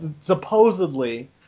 supposedly